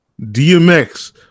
DMX